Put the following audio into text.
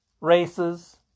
races